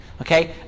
Okay